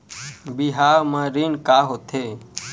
बिहाव म ऋण का होथे?